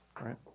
right